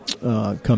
come